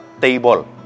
table